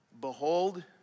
behold